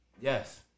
Yes